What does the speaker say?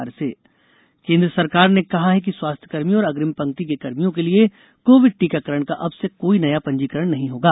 corona टीकाकरण केंद्र सरकार ने कहा है कि स्वास्थ्यकर्भियों और अग्रिम पंक्ति के कर्भियों के लिए कोविड टीकाकरण का अब से कोई नया पंजीकरण नहीं होंगा